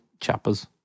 chappers